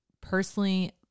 personally